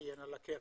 שתהיינה לקרן.